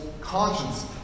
conscience